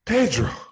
Pedro